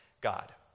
God